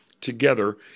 together